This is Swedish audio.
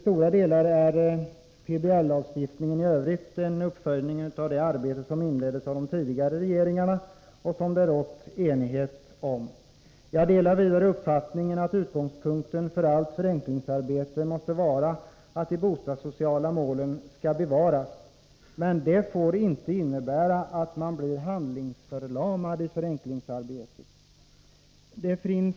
Planoch byggnadslagstiftningen i övrigt är till stora delar en uppföljning av det arbete som inleddes av de tidigare regeringarna och som det rått enighet om. Jag delar uppfattningen att utgångspunkten för allt förenklingsarbete måste vara att de bostadssociala målen skall bevaras. Men detta får inte innebära att man blir handlingsförlamad i förenklingsarbetet.